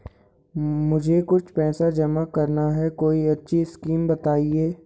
मुझे कुछ पैसा जमा करना है कोई अच्छी स्कीम बताइये?